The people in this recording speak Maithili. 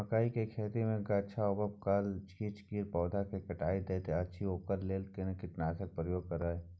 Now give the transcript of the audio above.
मकई के खेती मे गाछ आबै काल किछ कीरा पौधा स के काइट दैत अछि ओकरा लेल केना कीटनासक प्रयोग करब?